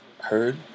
heard